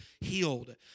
healed